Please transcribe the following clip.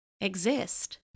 exist